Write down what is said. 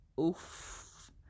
oof